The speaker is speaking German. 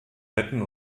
letten